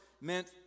meant